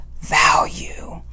value